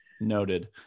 Noted